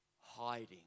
hiding